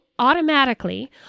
automatically